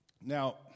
Now